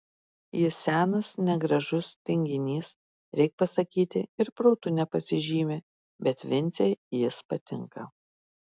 jis senas negražus tinginys reik pasakyti ir protu nepasižymi bet vincei jis patinka